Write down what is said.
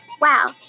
Wow